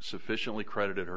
sufficiently credited